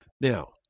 Now